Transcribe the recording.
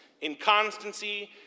inconstancy